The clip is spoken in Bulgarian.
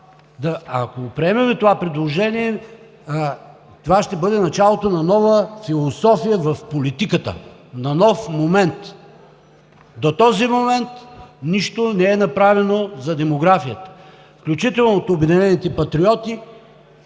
Ако приемем това предложение, това ще бъде началото на нова философия в политиката, на нов момент. До този момент нищо не е направено за демографията, включително от „Обединените патриоти“